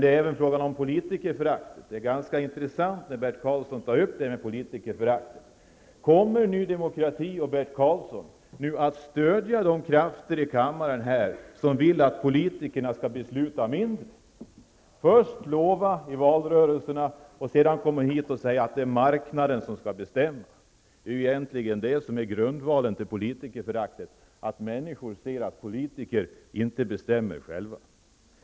Det är ganska intressant att Bert Karlsson tog upp detta med politikerförakt. Kommer ny demokrati och Bert Karlsson att stödja de krafter i kammaren som vill att politikerna skall besluta över mindre? Först ger man löften i valrörelsen och sedan kommer man hit och menar att det är marknaden som skall styra. Det är ju egentligen detta som utgör grundvalen för politikerföraktet, att människor ser att politiker inte själva bestämmer.